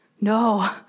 No